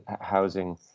housing